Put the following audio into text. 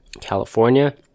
California